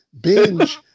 Binge